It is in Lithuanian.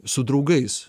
su draugais